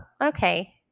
okay